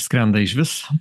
skrenda išvis